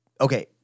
okay